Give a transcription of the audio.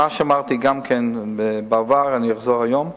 מה שאמרתי גם בעבר, ואני אחזור עליו היום: